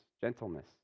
gentleness